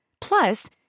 Plus